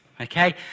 okay